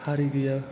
हारि गैया